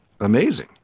amazing